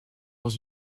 dans